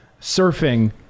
surfing